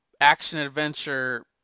action-adventure